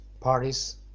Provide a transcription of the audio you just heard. parties